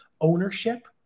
ownership